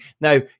Now